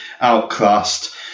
outclassed